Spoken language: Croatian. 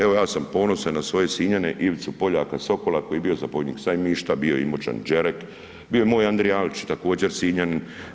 Evo ja sam ponosan na svoje Sinjane Ivicu Poljaka Sokola koji je bio zapovjednik Sajmišta, bio je Imoćanin Đerek, bio je moj Andrija … također Sinjanin.